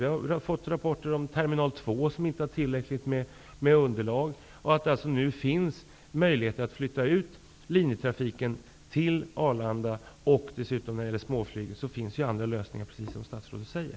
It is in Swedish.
Vi har fått rapporter om att terminal 2 inte har tillräckligt med underlag och om att det nu finns möjlighet att flytta ut linjetrafiken till Arlanda. När det gäller småflyget finns det dessutom andra lösningar, som statsrådet säger.